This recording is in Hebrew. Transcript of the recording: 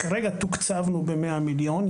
כרגע תוקצבנו ב-100 מיליון.